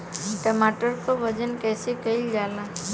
टमाटर क वजन कईसे कईल जाला?